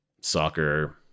soccer